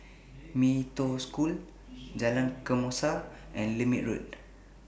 Mee Toh School Jalan Kesoma and Lermit Road